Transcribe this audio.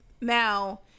now